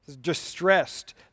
Distressed